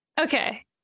Okay